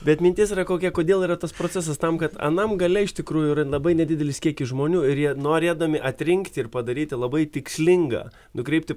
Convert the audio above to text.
bet mintis yra kokia kodėl yra tas procesas tam kad anam gale iš tikrųjų yra labai nedidelis kiekis žmonių ir jie norėdami atrinkti ir padaryti labai tikslingą nukreipti